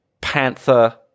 panther